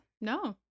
No